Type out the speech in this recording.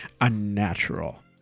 unnatural